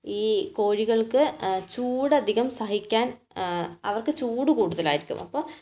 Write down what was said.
ഈ കോഴികൾക്ക് ചൂട് അധികം സഹിക്കാൻ അവർക്ക് ചൂട് കൂടുതലായിരിക്കും അപ്പോൾ